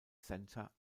center